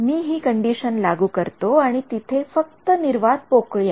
मी हि कंडिशन लागू करतो आणि तिथे फक्त निर्वात पोकळी आहे